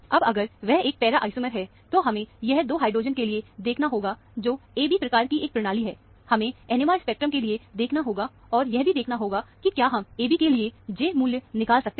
अब अगर वह एक पैरा आइसोमर है तब हमें यह 2 हाइड्रोजन के लिए देखना होगा जो AB प्रकार की एक प्रणाली है हमें NMR स्पेक्ट्रम के लिए देखना होगा और यह भी देखना होगा कि क्या हम AB के लिए J मूल्य निकाल सकते हैं